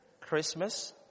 Christmas